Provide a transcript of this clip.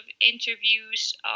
interviews